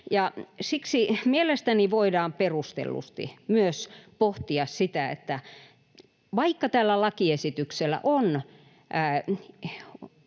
Siksi mielestäni voidaan perustellusti myös pohtia sitä, että vaikka tällä lakiesityksellä on